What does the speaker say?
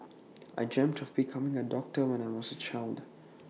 I dreamed of becoming A doctor when I was A child